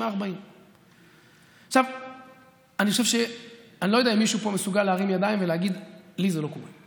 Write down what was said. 140. אני לא יודע אם מישהו פה מסוגל להרים ידיים ולהגיד: לי זה לא קורה.